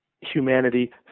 humanity